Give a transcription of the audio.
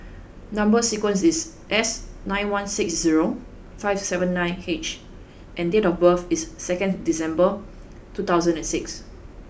number sequence is S eight one six zero five seven nine H and date of birth is second December two thousand and six